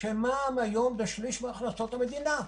שמע"מ היום הוא שליש מהכנסות המדינה.